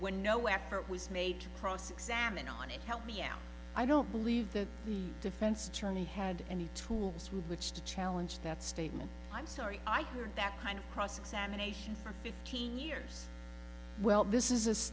when no effort was made to cross examine on and help me out i don't believe that the defense attorney had any tools with which to challenge that statement i'm sorry i heard that kind of cross examination for fifteen years well this is